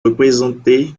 représentés